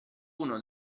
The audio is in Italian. uno